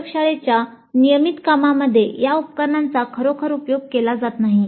प्रयोगशाळेच्या नियमित कामांमध्ये या उपकरणांचा खरोखर उपयोग केला जात नाही